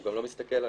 הוא גם לא מסתכל עליך.